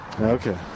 Okay